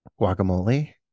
guacamole